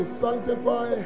sanctify